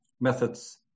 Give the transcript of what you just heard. methods